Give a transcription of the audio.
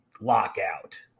lockout